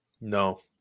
No